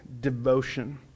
devotion